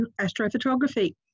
astrophotography